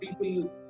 people